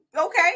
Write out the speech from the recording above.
Okay